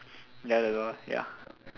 ya the door ya